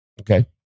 Okay